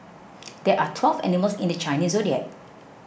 there are twelve animals in the Chinese zodiac